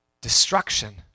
destruction